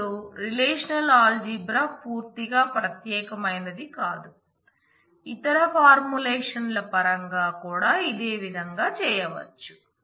ఇప్పుడు relational algebra పూర్తిగా ప్రత్యేకమైనది కాదు ఇతర ఫార్ములేషన్ల పరంగా కూడా ఇదే విధంగా చేయవచ్చు